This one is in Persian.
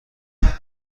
دیگه